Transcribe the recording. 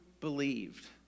believed